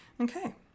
Okay